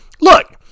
look